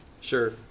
Sure